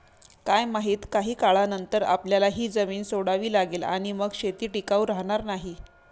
काय माहित, काही काळानंतर आपल्याला ही जमीन सोडावी लागेल आणि मग शेती टिकाऊ राहणार नाही